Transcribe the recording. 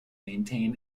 maintain